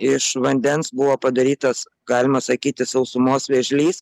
iš vandens buvo padarytas galima sakyti sausumos vėžlys